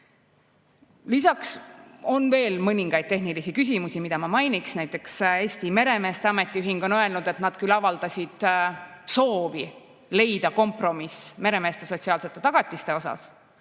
Lisaks on veel mõningaid tehnilisi küsimusi, mida ma mainiks. Näiteks on Eesti meremeeste ametiühing öelnud, et nad küll avaldasid soovi leida kompromiss meremeeste sotsiaalsete tagatiste